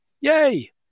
yay